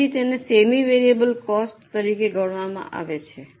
તેથી તેને semi variable cost તરીકે ગણવામાં આવે છે